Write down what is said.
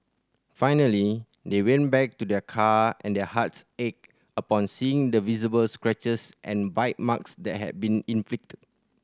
finally they went back to their car and their hearts ached upon seeing the visible scratches and bite marks that had been inflicted